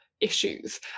issues